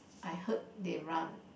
I heard they run